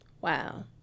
Wow